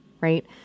Right